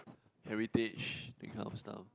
heritage that kind of stuff